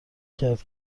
کرد